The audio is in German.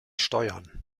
steuern